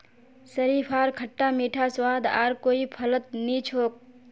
शरीफार खट्टा मीठा स्वाद आर कोई फलत नी छोक